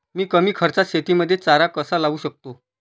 मी कमी खर्चात शेतीमध्ये चारा कसा लावू शकतो?